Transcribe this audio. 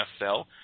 NFL